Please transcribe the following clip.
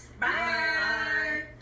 Bye